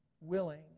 willing